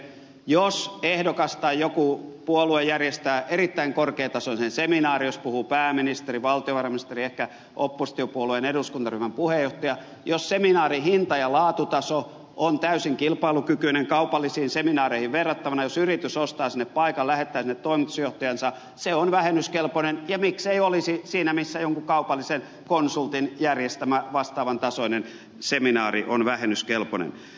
jos ehdokas tai joku puolue järjestää erittäin korkeatasoisen seminaarin jossa puhuu pääministeri valtiovarainministeri ehkä oppositiopuolueen eduskuntaryhmän puheenjohtaja jos seminaarin hinta ja laatutaso on täysin kilpailukykyinen kaupallisiin seminaareihin verrattuna jos yritys sieltä paikan lähettää sinne toimitusjohtajansa se on vähennyskelpoinen ja miksei olisi siinä missä jonkun kaupallisen konsultin järjestämä vastaavantasoinen seminaari on vähennyskelpoinen